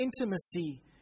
intimacy